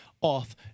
off